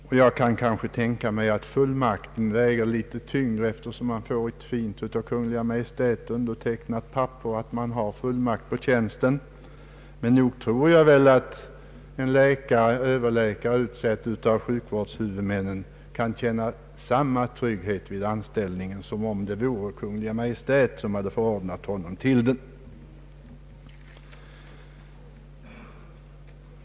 Jag kan tänka mig att någon kan tycka att en kungl. fullmakt kanske väger tyngre än den nu föreslagna utnämningen, eftersom läkaren i fråga får ett fint av Kungl. Maj:t undertecknat papper på att han har fuilmakt på tjänsten. Emellertid tror jag att en överläkare, utsedd av sjukvårdshuvudmännen, kan känna samma trygghet i anställningen som om det vore Kungl. Maj:t som hade förordnat honom till den.